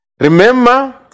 Remember